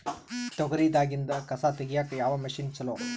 ತೊಗರಿ ದಾಗಿಂದ ಕಸಾ ತಗಿಯಕ ಯಾವ ಮಷಿನ್ ಚಲೋ?